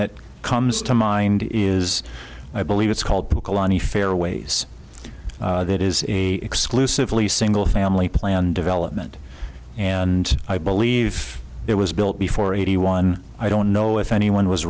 that comes to mind is i believe it's called kalani fairways that is a exclusively single family plan development and i believe it was built before eighty one i don't know if anyone was